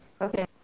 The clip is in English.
Okay